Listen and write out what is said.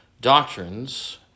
doctrines